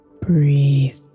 Breathe